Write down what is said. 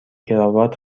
کراوات